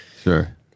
Sure